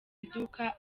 iduka